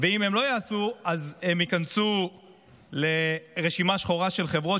ואם הן לא יעשו אז הן ייכנסו לרשימה שחורה של חברות,